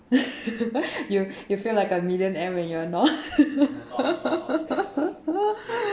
you you feel like a millionaire when you are not